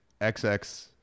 XX